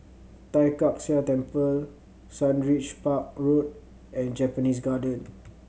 Tai Kak Seah Temple Sundridge Park Road and Japanese Garden